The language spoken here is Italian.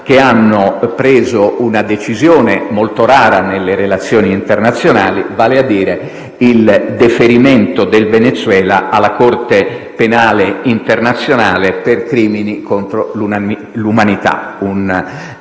- hanno preso una decisione molto rara nelle relazioni internazionali, vale a dire il deferimento del Venezuela alla Corte penale internazionale per crimini contro l'umanità.